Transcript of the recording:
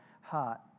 heart